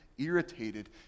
irritated